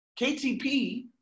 KTP